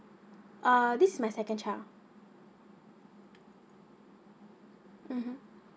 uh this is my second child mmhmm